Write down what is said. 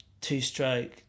two-stroke